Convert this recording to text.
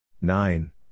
Nine